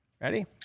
Ready